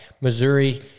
Missouri—